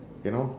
you know